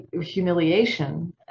humiliation